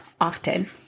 often